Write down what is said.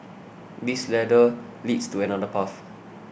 this ladder leads to another path